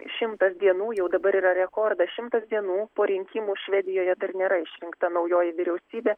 šimtas dienų jau dabar yra rekordas šimtas dienų po rinkimų švedijoje dar nėra išrinkta naujoji vyriausybė